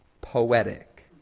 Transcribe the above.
poetic